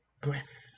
breath